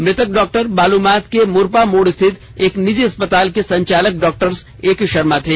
मृतक डॉक्टर बालूमाथ के मुरपा मोड़ स्थित एक निजी अस्पताल के संचालक डॉक्टर एके शर्मा थे